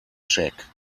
check